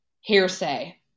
Hearsay